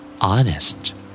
Honest